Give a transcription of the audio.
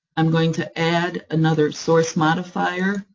i'm going to add another source modifier,